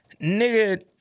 nigga